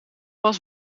was